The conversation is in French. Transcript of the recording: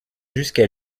jusqu’à